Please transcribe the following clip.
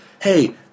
Hey